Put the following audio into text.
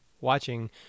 watching